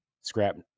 Scrap